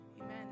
Amen